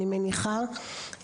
אני מניחה,